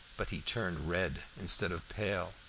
but he turned red instead of pale.